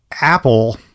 Apple